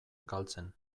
galtzen